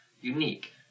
Unique